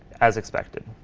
as expected.